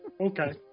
Okay